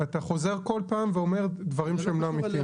אתה חוזר כל פעם ואומר דברים שהם לא אמיתיים.